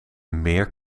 meer